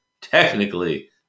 technically